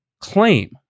claim